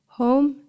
home